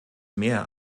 mehr